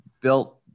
built